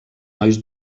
nois